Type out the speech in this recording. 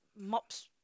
mops